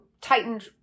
tightened